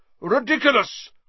Ridiculous